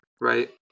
right